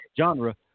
genre